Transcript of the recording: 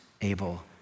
Abel